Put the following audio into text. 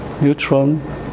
neutron